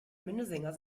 minnesänger